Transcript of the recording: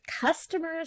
customers